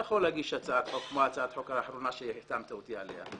אתה יכול להגיש הצעת חוק כמו הצעת החוק האחרונה שהחתמת אותי עליה,